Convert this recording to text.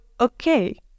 okay